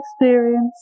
experience